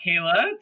Kayla